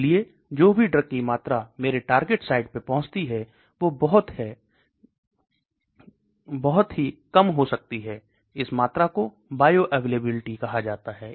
इसलिए जो भी ड्रग की मात्रा मेरे टारगेट साइट पे पहुँचती है वो बहुत है काम हो सकती है इस मात्रा को बायो अवेलेबिलिटी कहा जाता ह